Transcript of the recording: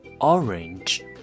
orange